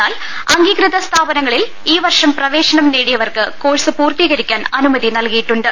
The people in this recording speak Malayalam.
എന്നാൽ അംഗീകൃത സ്ഥാപ നങ്ങളിൽ ഈ വർഷം പ്രവേശ്നം നേടിയവർക്ക് കോഴ്സ് പൂർത്തീകരിക്കാൻ അനുമതി നൽകിയിട്ടുണ്ട്